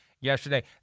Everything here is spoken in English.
yesterday